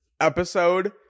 episode